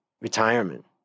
retirement